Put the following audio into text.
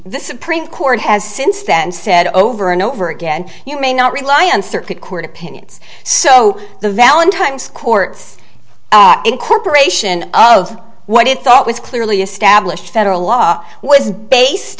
the supreme court has since then said over and over again you may not rely on circuit court opinions so the valentine's court's incorporation of what it thought was clearly established federal law was based